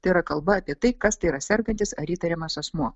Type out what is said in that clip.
tai yra kalba apie tai kas tai yra sergantis ar įtariamas asmuo